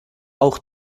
auch